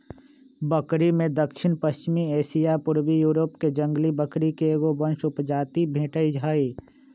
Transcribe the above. बकरिमें दक्षिणपश्चिमी एशिया आ पूर्वी यूरोपके जंगली बकरिये के एगो वंश उपजाति भेटइ हइ